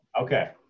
Okay